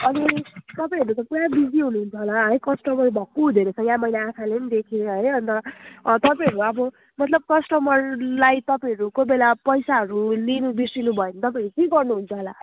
अनि तपाईँहरूले त पुरा बिजी हुनुहुन्छ होला है कस्टमर भक्कु हुँदोरहेछ यहाँ मैले आँखाले पनि देखेँ है अनि त तपाईँहरू अब मतलब कस्टमरलाई तपाईँहरू कोही बेला पैसाहरू लिनु बिर्सिनुभयो भने तपाईँहरू के गर्नुहुन्छ होला